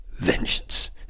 vengeance